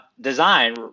design